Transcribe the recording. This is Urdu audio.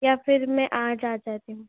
یا پھر میں آج آ جاتی ہوں